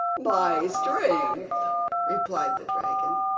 my strength replied the dragon,